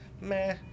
meh